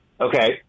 Okay